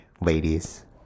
ladies